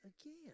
again